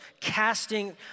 Casting